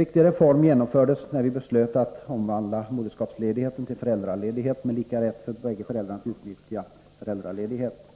utomordentligt viktig reform genomfördes när vi beslöt att omvandla moderskapsledigheten till föräldraledighet med lika rätt för båda föräldrarna att utnyttja föräldraledigheten.